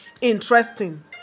interesting